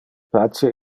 pace